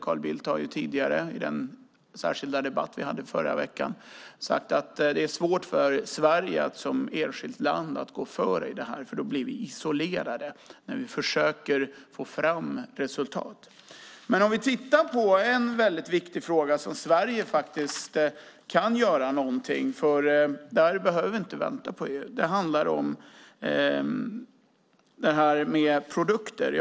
Carl Bildt sade i den aktuella debatt som vi hade i förra veckan att det är svårt för Sverige som enskilt land att gå före eftersom vi då blir isolerade när vi försöker få fram resultat. Men i en viktig fråga kan Sverige faktiskt göra någonting. Där behöver vi inte vänta på EU. Det handlar om produkter.